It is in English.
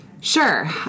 Sure